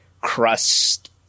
crust